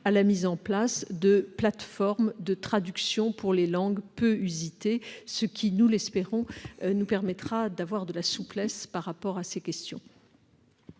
à la mise en place de plateformes de traduction pour les langues peu usitées, ce qui, nous l'espérons, nous permettra d'avoir plus de souplesse sur ces questions.